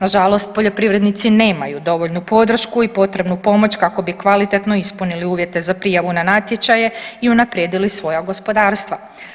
Na žalost poljoprivrednici nemaju dovoljnu podršku i potrebnu pomoć kako bi kvalitetno ispunili uvjete za prijavu na natječaje i unaprijedili svoja gospodarstva.